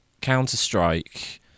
Counter-Strike